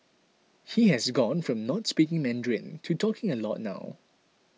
he has gone from not speaking Mandarin to talking a lot now